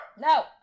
No